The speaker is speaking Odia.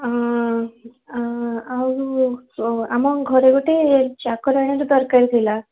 ହଁ ଆଉ ଆମ ଘର ଗୋଟେ ଚାକରାଣୀଟେ ଦରକାର ଥିଲା